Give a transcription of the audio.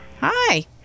Hi